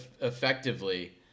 effectively